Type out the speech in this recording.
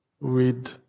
read